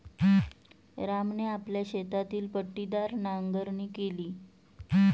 रामने आपल्या शेतातील पट्टीदार नांगरणी केली